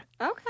Okay